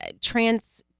trans